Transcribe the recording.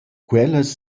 quellas